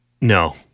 No